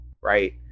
right